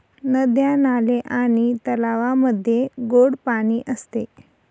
नद्या, नाले आणि तलावांमध्ये गोड पाणी असते